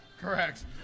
correct